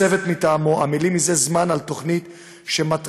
צוות מטעמו עמל מזה זמן על תוכנית שמטרתה